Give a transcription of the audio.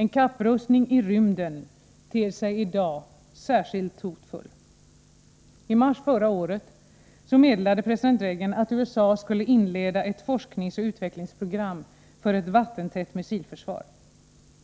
En kapprustning i rymden ter sig i dag särskilt hotfull. I mars förra året meddelade president Reagan att USA skulle inleda ett forskningsoch utvecklingsprogram för ett ”vattentätt” missilförsvar.